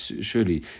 surely